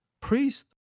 priest